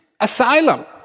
asylum